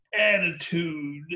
attitude